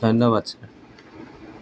ধন্যবাদ ছাৰ